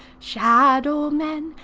shadow men,